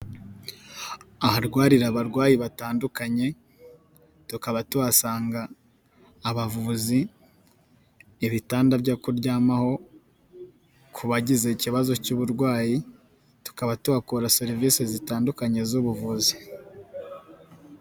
Aharwarira abarwayi batandukanye, tukaba tuhasanga abavuzi, ibitanda byo kuryamaho, ku bagize ikibazo cy'uburwayi, tukaba tubakorera serivisi zitandukanye z'ubuvuzi.